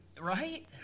Right